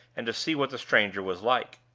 and to see what the stranger was like.